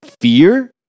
fear